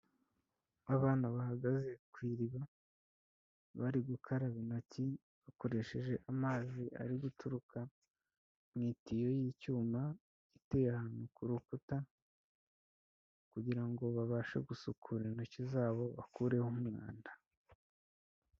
Abana bahagaze ku iriba bari gukaraba intoki bakoresheje amazi ari guturuka mu itiyo y'icyuma iteye ahantu ku rukuta kugira ngo babashe gusukura intoki zabo bakureho umwanda.